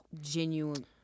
genuine